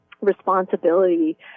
responsibility